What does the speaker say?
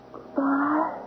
Goodbye